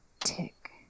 tick